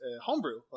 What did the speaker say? homebrew